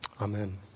Amen